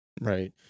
Right